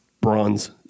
bronze